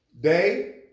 Day